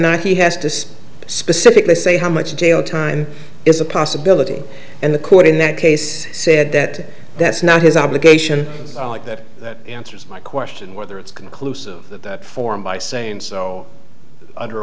not he has to specifically say how much jail time is a possibility and the court in that case said that that's not his obligation like that that answers my question whether it's conclusive that form by saying so under